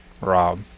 rob